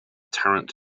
tarrant